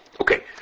Okay